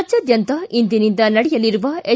ರಾಜ್ಯಾದ್ಯಂತ ಇಂದಿನಿಂದ ನಡೆಯಲಿರುವ ಎಸ್